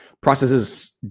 Processes